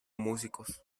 músicos